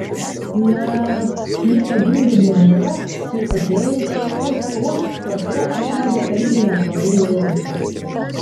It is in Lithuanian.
na ji pagimdė berniuką sveikutėlį tfu tfu pati atrodo irgi neblogai jautėsi